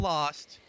Lost